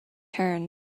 turned